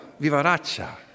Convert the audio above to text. vivaracha